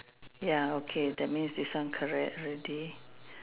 ya okay that means this one correct already